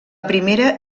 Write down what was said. primera